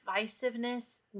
divisiveness